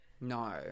No